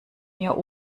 mir